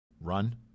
run